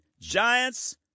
Giants